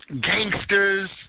Gangsters